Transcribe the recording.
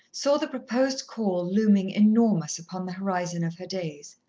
saw the proposed call looming enormous upon the horizon of her days.